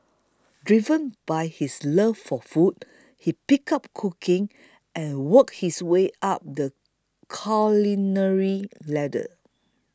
driven by his love for food he picked up cooking and worked his way up the culinary ladder